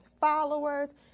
followers